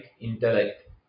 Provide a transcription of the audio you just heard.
intellect